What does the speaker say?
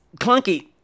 clunky